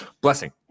blessing